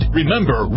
Remember